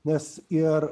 nes ir